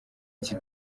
ati